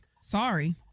Sorry